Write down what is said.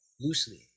loosely